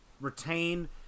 retain